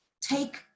Take